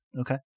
Okay